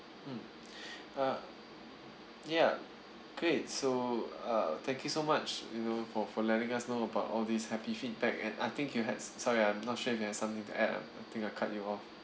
mm uh ya great so uh thank you so much you know for for letting us know about all these happy feedback and I think you had sorry I'm not sure if you have something to add I'm I think I cut you off